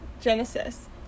Genesis